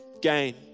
gain